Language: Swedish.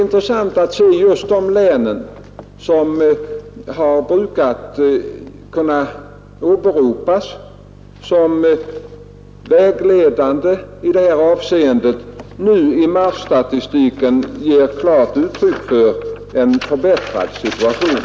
Marsstatistiken för de länen ger klart uttryck för en förbättrad situation.